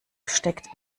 steckt